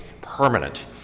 permanent